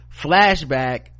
flashback